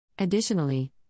Additionally